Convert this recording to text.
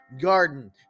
garden